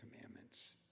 Commandments